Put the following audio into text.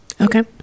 Okay